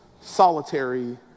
solitary